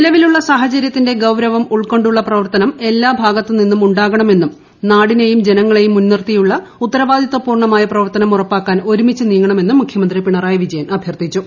നിലവിലുള്ള സാഹചര്യത്തിന്റെ ഗൌരവം ഉൾക്കൊണ്ടുള്ള പ്രവർത്തനം എല്ലാഭാഗത്തുനിന്നും ഉണ്ടാകണമെന്നും നാടിനെയും ജനങ്ങളെയും മുൻനിർത്തിയുള്ള ഉത്തരവാദിത്ത പൂർണമായ പ്രവർത്തനം ഉറപ്പാക്കാൻ ഒരുമിച്ച് നീങ്ങണമെന്നും മുഖ്യമന്ത്രി പിണറായി വിജയൻ അഭ്യർഥിച്ചു